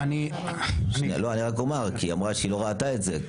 היא אמרה שהיא לא ראתה את זה.